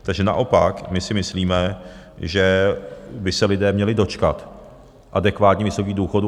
Takže naopak si myslíme, že by se lidé měli dočkat adekvátně vysokých důchodů.